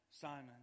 Simon